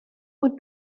would